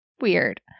weird